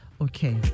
okay